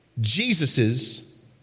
Jesus's